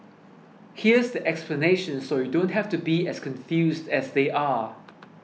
here's the explanation so you don't have to be as confused as they are